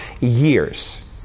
years